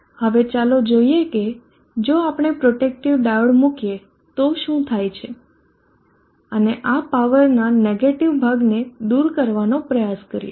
હવે ચાલો જોઈએ કે જો આપણે પ્રોટેકટીવ ડાયોડ મૂકીએ તો શું થાય છે અને આ પાવરનાં નેગેટીવ ભાગને દૂર કરવાનો પ્રયાસ કરીએ